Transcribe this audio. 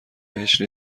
بهش